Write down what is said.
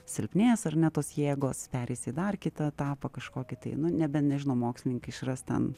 silpnės ar ne tos jėgos pereis į dar kitą etapą kažkokį tai nu nebe nežinau mokslininkai išras ten